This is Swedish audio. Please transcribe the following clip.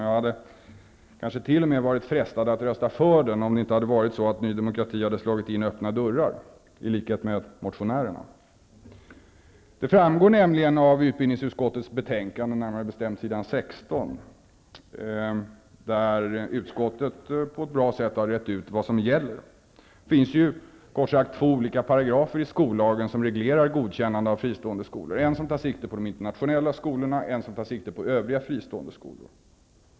Jag hade kanske t.o.m. varit frestad att rösta för den, om det inte hade varit så att Ny demokrati hade slagit in öppna dörrar, i likhet med motionärerna. Det framgår nämligen av utbildningsutskottets betänkande, närmare bestämt s. 16, där utskottet på ett bra sätt har rett ut vad som gäller. Det finns ju kort sagt två olika paragrafer i skollagen som reglerar godkännandet av fristående skolor, en som tar sikte på de internationella skolorna och en som tar sikte på övriga fristående skolor.